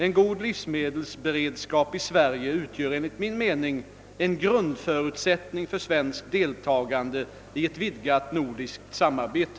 En god livsmedelsberedskap i Sverige utgör enligt min mening en grundförutsättning för svenskt deltagande i ett vidgat nordiskt samarbete.